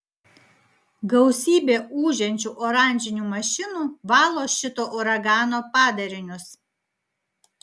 gausybė ūžiančių oranžinių mašinų valo šito uragano padarinius